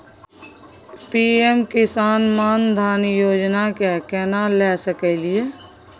PM किसान मान धान योजना के केना ले सकलिए?